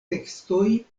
tekstoj